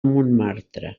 montmartre